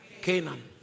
Canaan